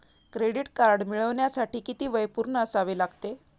Credit card मिळवण्यासाठी किती वय पूर्ण असावे लागते?